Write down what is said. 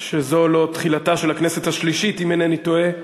שזו לו תחילתה של הכנסת השלישית, אם אינני טועה,